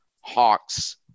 Hawk's